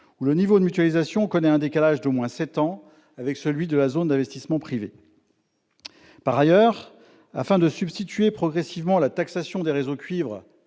où le niveau de mutualisation connaît un décalage d'au moins sept ans avec celui de la zone d'investissement privé. Par ailleurs, afin de substituer progressivement la taxation des réseaux de cuivre